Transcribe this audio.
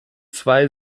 zwei